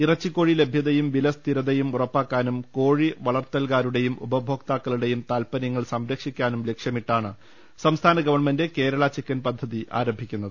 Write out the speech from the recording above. ഇറച്ചിക്കോഴി ലഭ്യതയും വില സ്ഥിരതയും ഉറപ്പാ ക്കാനും കോഴിവളർത്തൽകാരുടെയും ഉപഭോക്താക്കളുടേയും താൽപ ര്യങ്ങൾ സംരക്ഷിക്കാനും ലക്ഷ്യമിട്ടാണ് സംസ്ഥാന ഗവൺമെന്റ് കേരള ചിക്കൻ പദ്ധതി ആരംഭിക്കുന്നത്